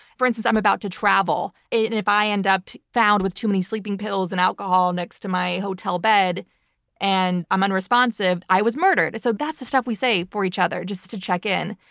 for instance, i'm about to travel, and if i end up found with too many sleeping pills and alcohol next to my hotel bed and i'm unresponsive, i was murdered. so that's the stuff we say for each other, just to check in,